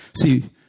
See